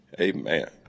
Amen